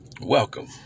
Welcome